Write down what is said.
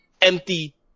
empty